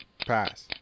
pass